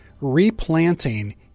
Replanting